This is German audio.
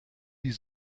die